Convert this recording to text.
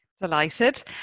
Delighted